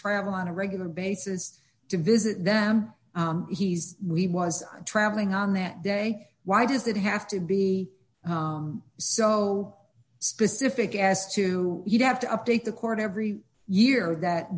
travel on a regular basis to visit them he's we was traveling on that day why does it have to be so specific as to you have to update the court every year that